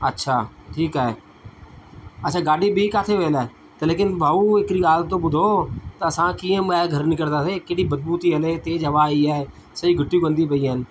अच्छा ठीकु आहे अच्चा गाॾी ॿी किथे वियल आहे लेकिन भाऊ हिकिड़ी ॻाल्हि त ॿुधो असां कीअं ॿाहिरि घर निकिरींदासीं केॾी बदबू थी हले हिते तेज हवा आई आहे सॼियूं घिटियूं गंदियूं पियूं आहिनि